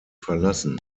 verlassen